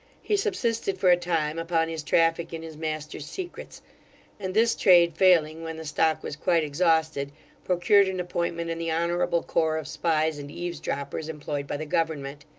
he subsisted for a time upon his traffic in his master's secrets and, this trade failing when the stock was quite exhausted procured an appointment in the honourable corps of spies and eavesdroppers employed by the government.